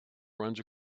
runs